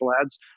ads